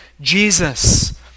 Jesus